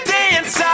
dance